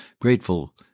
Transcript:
grateful